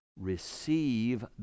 receive